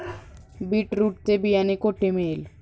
Beetroot चे बियाणे कोठे मिळेल?